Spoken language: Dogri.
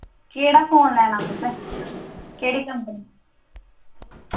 केह्ड़ा फोन लैना तुसैं केह्ड़ी कम्पनी